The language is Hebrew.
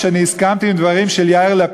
הקשבנו לחברות הדירוג,